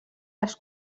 les